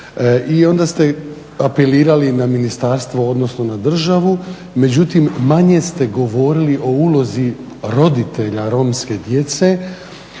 I onda ste apelirali na ministarstvo, odnosno na državu, međutim manje ste govorili o ulozi roditelja romske djece